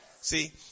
See